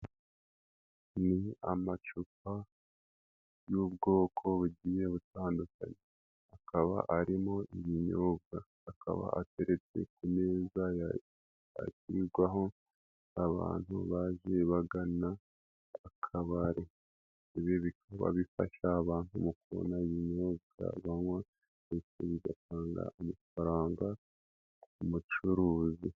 Ni amacupa y'ubwoko bugiye butandukanyekanye. Akaba arimo ibinyobwa akaba ateretse ku meza yashyigwaho abantu bagiye bagana akabari ibi bikaba bifasha abantu mu kubonana ibinyobwa banywa ndetse bigatanga amafaranga ku mucuruzi.